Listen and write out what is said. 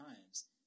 times